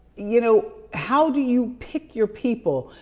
you know, how do you pick your people?